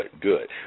good